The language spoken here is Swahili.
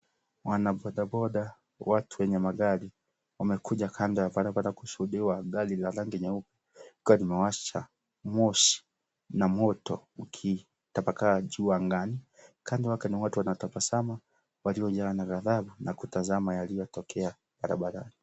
Wanabodaboda, watu wenye magari, wamekuja kando ya barabara kushuhudia gari la rangi nyeupe likiwa limewasha moshi na moto ukitapakaa juu angani. Kando yake kuna watu wanaotazama waliojaa na ghadhabu na kutazama yaliyotokea barabarani.